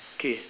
K